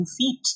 feet